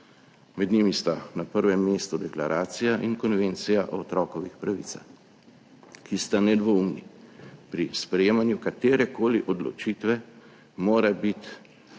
Med njimi sta na prvem mestu deklaracija in konvencija o otrokovih pravicah, ki sta nedvoumni. Pri sprejemanju katerekoli odločitve mora biti